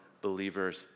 believers